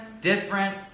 different